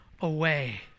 away